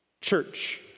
Church